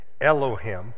Elohim